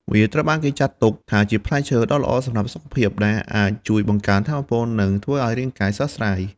វាត្រូវបានចាត់ទុកថាជាផ្លែឈើដ៏ល្អសម្រាប់សុខភាព ដែលអាចជួយបង្កើនថាមពល និងធ្វើឲ្យរាងកាយស្រស់ស្រាយ។